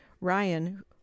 Ryan